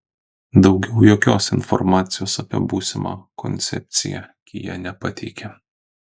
daugiau jokios informacijos apie būsimą koncepciją kia nepateikia